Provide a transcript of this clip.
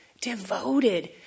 devoted